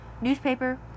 Newspaper